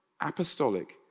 apostolic